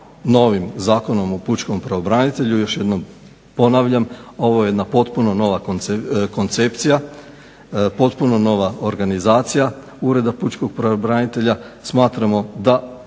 ovo je jedna potpuno nova koncepcija, potpuno nova organizacija Ureda pučkog pravobranitelja. Smatramo da